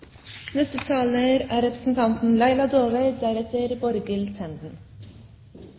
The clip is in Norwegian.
Neste taler er representanten